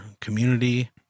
community